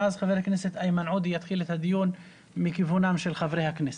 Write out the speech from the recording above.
ואז חבר הכנסת איימן עודה יתחיל את הדיון של חברי הכנסת.